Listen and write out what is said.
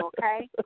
okay